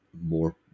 more